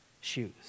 shoes